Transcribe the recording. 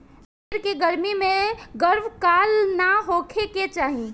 भेड़ के गर्मी में गर्भकाल ना होखे के चाही